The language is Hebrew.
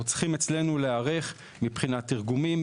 אנחנו צריכים אצלנו להיערך מבחינת תרגומים,